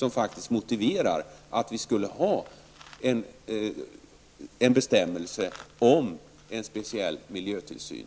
innebär, vilket motiverar att vi får en bestämmelse i lagtexten om en speciell miljötillsyn.